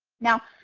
now,